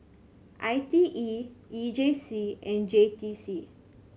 I T E E J C and J T C